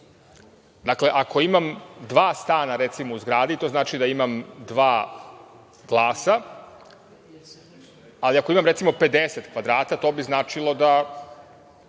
Ako imam dva stana u zgradi, to znači da imam dva glasa, ali ako imam recimo 50 kvadrata, to bi značilo da